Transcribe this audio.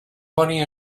money